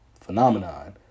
phenomenon